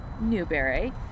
Newberry